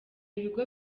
ibigo